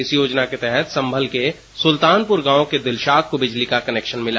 इस योजना के तहत संभल के सुलतानपुर गांव के दिलशाद को बिजली का कनेक्शन मिला